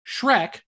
Shrek